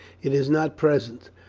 it is not present,